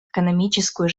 экономическую